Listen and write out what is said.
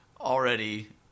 already